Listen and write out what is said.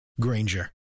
Granger